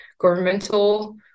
governmental